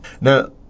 now